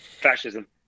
Fascism